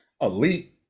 elite